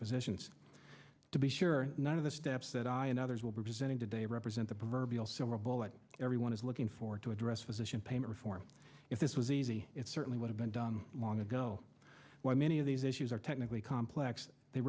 physicians to be sure none of the steps that i and others will be presenting today represent the proverbial silver bullet everyone is looking for to address physician payment reform if this was easy it certainly would have been done long ago when many of these issues are technically complex they